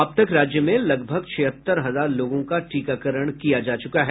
अब तक राज्य में लगभग छिहत्तर हजार लोगों का टीकाकरण किया जा चुका है